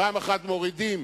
פעם אחת מורידים